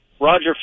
Roger